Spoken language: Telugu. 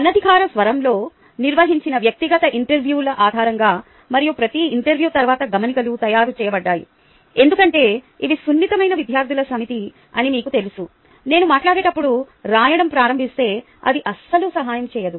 అనధికారిక స్వరంలో నిర్వహించిన వ్యక్తిగత ఇంటర్వ్యూల ఆధారంగా మరియు ప్రతి ఇంటర్వ్యూ తర్వాత గమనికలు తయారు చేయబడ్డాయి ఎందుకంటే ఇవి సున్నితమైన విద్యార్థుల సమితి అని మీకు తెలుసు నేను మాట్లాడేటప్పుడు రాయడం ప్రారంభిస్తే అది అస్సలు సహాయం చేయదు